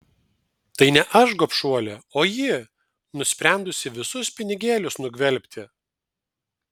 tai ne aš gobšuolė o ji nusprendusi visus pinigėlius nugvelbti